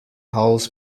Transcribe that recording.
hulls